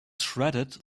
shredded